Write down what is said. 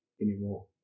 anymore